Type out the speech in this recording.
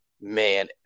man